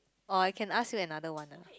or I can ask you another one lah